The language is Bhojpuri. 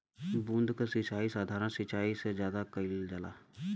बूंद क सिचाई साधारण सिचाई से ज्यादा कईल जाला